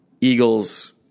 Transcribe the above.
Eagles